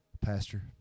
Pastor